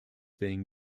being